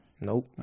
Nope